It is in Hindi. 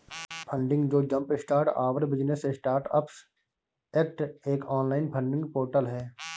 फंडिंग जो jumpstart our business startups act एक ऑनलाइन फंडिंग पोर्टल है